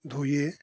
धोइए